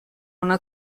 una